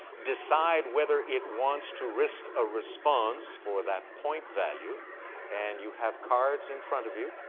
decide whether it wants to risk a response for that point value and you have cards in front of you,